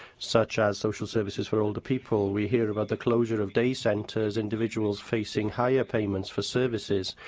such as social services for older people. we hear about the closure of day centres, individuals facing higher payments for services,